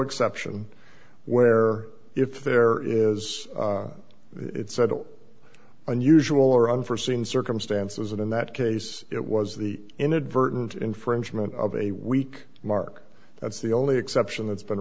exception where if there is it's said or unusual or unforseen circumstances and in that case it was the inadvertent infringement of a week mark that's the only exception that's been